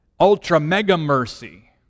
Ultra-mega-mercy